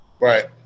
Right